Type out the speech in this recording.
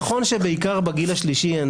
זה נכון שבגיל השלישי יש